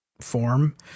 form